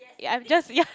ya I'm just ya